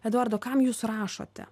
eduardo kam jūs rašote